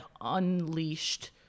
unleashed